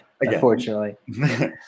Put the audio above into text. unfortunately